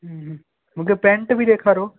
हूं हूं मूंखे पेंट बि ॾेखारियो